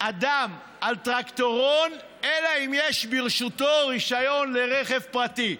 אדם על טרקטורון אלא אם כן יש ברשותו רישיון לרכב פרטי.